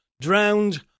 drowned